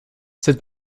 cette